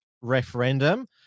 referendum